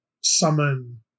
summon